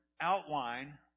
outline